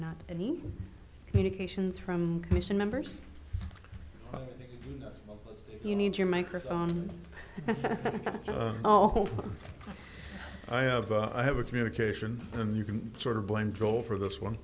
not any communications from me so members you need your microphone oh i have i have a communication and you can sort of blame droll for this